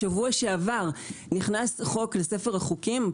בשבוע שעבר נכנס חוק לספר החוקים,